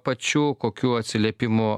pačių kokių atsiliepimų